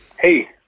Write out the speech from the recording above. Hey